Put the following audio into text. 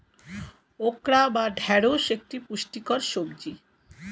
okra বা ঢ্যাঁড়স একটি পুষ্টিকর সবজি